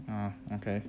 ah okay